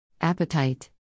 appetite